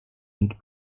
and